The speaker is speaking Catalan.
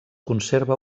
conserva